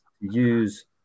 use